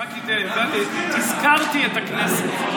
אני רק תזכרתי את הנוהג הזה.